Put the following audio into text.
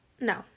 No